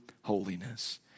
holiness